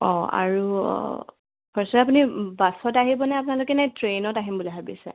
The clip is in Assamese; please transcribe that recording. অঁ আৰু আপুনি বাছত আহিবনে আপোনালোকে নে ট্ৰেইনত আহিম বুলি ভাবিছে